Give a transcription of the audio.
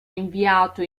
inviato